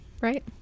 right